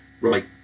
Right